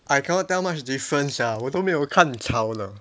I cannot tell much difference sia 我都没有看草的